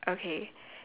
okay